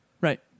Right